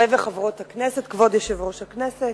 כבוד יושב-ראש הכנסת,